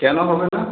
কেন হবে না